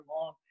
long